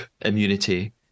immunity